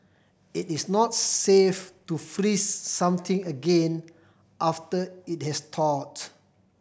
it is not safe to freeze something again after it has thawed